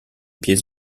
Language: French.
pieds